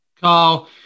Carl